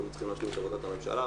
קודם צריכה להיות עבודת הממשלה,